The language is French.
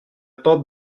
porte